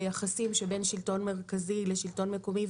ביחסים שבין שלטון מרכזי לשלטון מקומי.